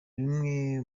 bimwe